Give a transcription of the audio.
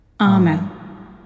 Amen